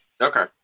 Okay